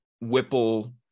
Whipple